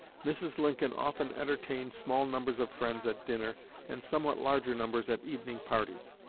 mrs. lincoln often entertained small numbers of friends at dinner and somewhat larger numbers at evening parties.